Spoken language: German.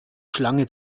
schlange